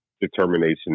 determination